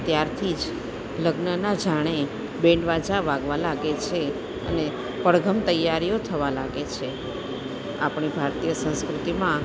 ત્યારથી જ લગ્નના જાણે બેન્ડવાજા વાગવા લાગે છે અને પડઘમ તૈયારીઓ થવા લાગે છે આપણી ભારતીય સંસ્કૃતિમાં